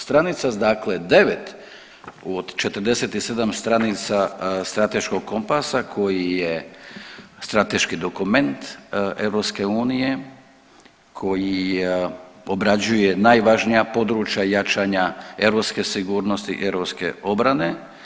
Stranica dakle 8 od 47 stranica strateškog kompasa koji je strateški dokument Europske unije koji obrađuje najvažnija područja jačanja europske sigurnosti, europske obrane.